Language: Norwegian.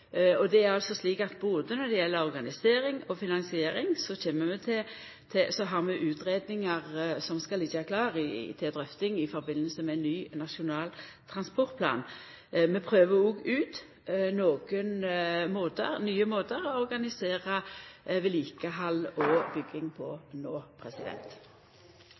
og det er altså slik at både når det gjeld organisering og finansiering, har vi utgreiingar som skal liggja klare til drøfting i samband med ny nasjonal transportplan. Vi prøver òg ut nokre nye måtar å organisera vedlikehald og bygging på